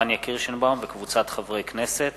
מאת חברי הכנסת